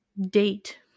date